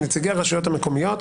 מנציגי הרשויות המקומיות.